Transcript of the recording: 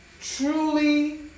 truly